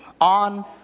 on